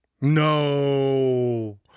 No